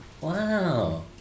Wow